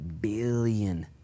billion